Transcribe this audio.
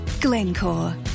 Glencore